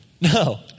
No